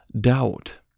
doubt